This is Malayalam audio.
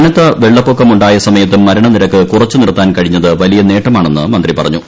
കനത്ത വെള്ളപ്പൊക്കം ഉണ്ടായസമയത്തും മരണനിരക്ക് കുറച്ചു നിർത്താൻ കഴിഞ്ഞത് വലിയ നേട്ടമാണെന്ന് മന്ത്രി പറഞ്ഞു